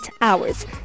hours